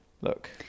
look